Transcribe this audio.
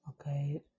Okay